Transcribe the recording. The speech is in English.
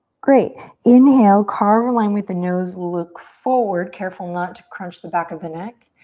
great, inhale, carve a line with the nose. look forward. careful not to crunch the back of the neck.